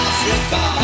Africa